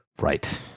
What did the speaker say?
right